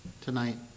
tonight